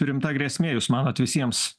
rimta grėsmė jūs manot visiems